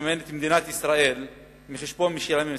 שמממנת מדינת ישראל מחשבון משלם המסים.